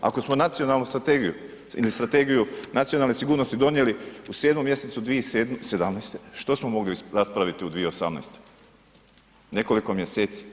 Ako smo nacionalnu strategiju ili Strategiju nacionalne sigurnosti donijeli u 7. mjesecu 2017. što smo mogli raspraviti u 2018., nekoliko mjeseci.